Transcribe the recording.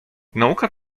nauka